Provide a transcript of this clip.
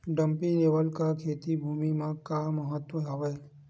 Dumpy level का खेती भुमि म का महत्व हावे?